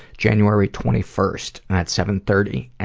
january twenty first at seven thirty,